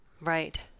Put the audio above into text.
right